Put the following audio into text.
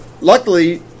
luckily